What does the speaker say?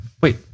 Wait